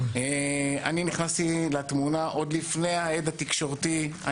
אני נכנסתי לתמונה עוד לפני ההד התקשורתי.